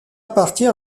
partir